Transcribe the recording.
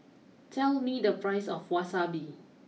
tell me the price of Wasabi